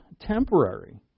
temporary